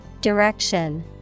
Direction